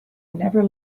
never